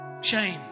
shame